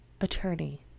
Attorney